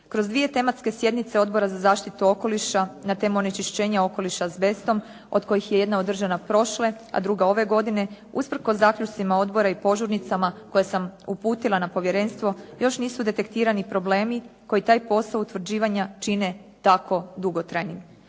Kroz dvije tematske sjednice Odbora za zaštitu okoliša na temu "Onečišćenje okoliša azbestom" od kojih je jedna održana prošle, a druga ove godine, usprkos zaključcima odbora i požurnicama koje sam uputila na povjerenstvo još nisu detektirani problemi koji taj posao utvrđivanja čine tako dugotrajnim.